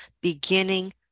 beginning